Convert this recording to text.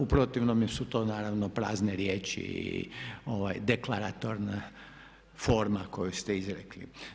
U protivnom su to naravno prazne riječi i deklaratorna forma koju ste izrekli.